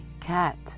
cat